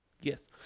Yes